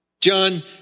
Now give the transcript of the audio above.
John